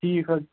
ٹھیٖک حظ